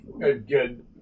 good